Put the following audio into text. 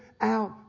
out